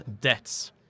debts